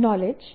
knowledge